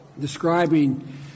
describing